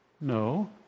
No